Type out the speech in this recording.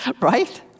Right